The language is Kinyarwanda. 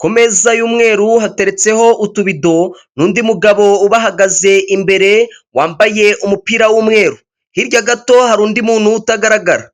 ku meza y'umweru hateretseho utubido, n'undi mugabo uhagaze imbere wambaye umupira w'umweru hirya gato hari undi muntu utagaragara.